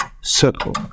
circle